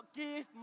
give